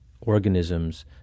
organisms